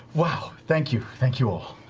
wow, thank you. thank you all.